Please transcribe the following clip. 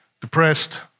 depressed